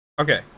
Okay